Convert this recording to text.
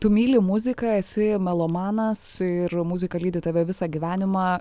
tu myli muziką esi melomanas ir muzika lydi tave visą gyvenimą